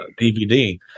DVD